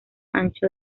ancho